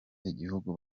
igihugu